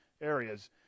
areas